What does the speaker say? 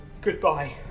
Goodbye